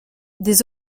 des